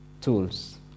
tools